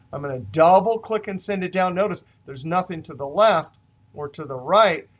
i'm going to double click and send it down. notice, there's nothing to the left or to the right,